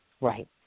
Right